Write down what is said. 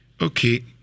Okay